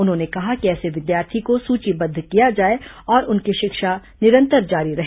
उन्होंने कहा कि ऐसे विद्यार्थी को सूचीबद्ध किया जाए और उनकी शिक्षा जारी रहे